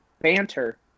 banter